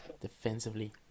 defensively